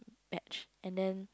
batch and then